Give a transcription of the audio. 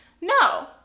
no